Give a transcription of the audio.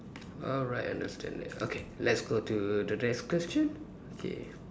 alright I understand okay let's go to the next question okay